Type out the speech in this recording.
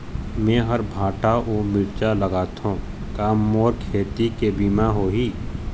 मेहर भांटा अऊ मिरचा लगाथो का मोर खेती के बीमा होही?